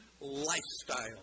lifestyle